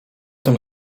tym